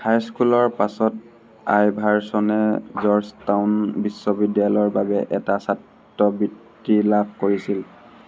হাইস্কুলৰ পাছত আইভাৰছনে জৰ্জটাউন বিশ্ববিদ্যালয়ৰ বাবে এটা ছাত্ৰবৃত্তি লাভ কৰিছিল